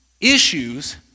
issues